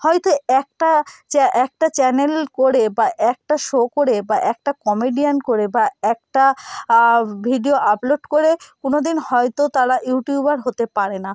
হয়তো একটা চ্যা একটা চ্যানেল করে বা একটা শো করে বা একটা কমেডিয়ান করে বা একটা ভিডিও আপলোড করে কোনো দিন হয়তো তারা ইউটিউবার হতে পারে না